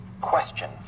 Question